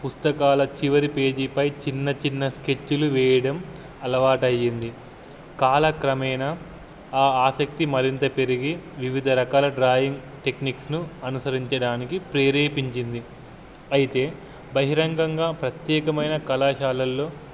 పుస్తకాల చివరి పేజీపై చిన్న చిన్న స్కెచ్లు వేయడం అలవాటు అయ్యింది కాలక్రమేణ ఆ ఆసక్తి మరింత పెరిగి వివిధ రకాల డ్రాయింగ్ టెక్నిక్స్ను అనుసరించడానికి ప్రేరేపించింది అయితే బహిరంగంగా ప్రత్యేకమైన కళాశాలల్లో